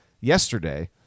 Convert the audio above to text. yesterday